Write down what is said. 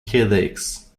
headaches